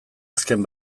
azken